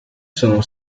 sono